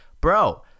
Bro